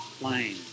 plane